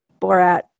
borat